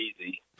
easy